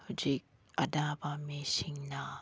ꯍꯧꯖꯤꯛ ꯑꯅꯥꯕ ꯃꯤꯁꯤꯡꯅ